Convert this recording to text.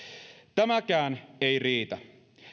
tämäkään ei riitä